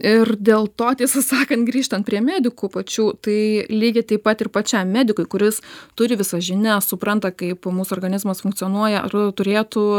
ir dėl to tiesą sakan grįžtan prie medikų pačių tai lygiai taip pat ir pačiam medikui kuris turi visas žinias supranta kaip mūsų organizmas funkcionuoja ar turėtų